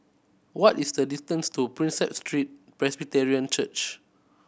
what is the distance to Prinsep Street Presbyterian Church